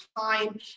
time